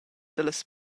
dallas